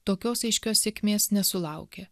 tokios aiškios sėkmės nesulaukė